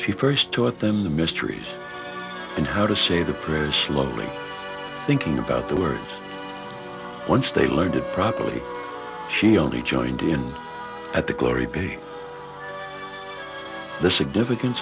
she first taught them the mysteries and how to say the prayers slowly thinking about the words once they learned it properly she only joined in at the glory bay the significance